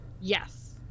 yes